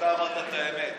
אתה אמרת את האמת,